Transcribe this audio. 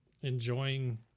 enjoying